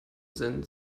sind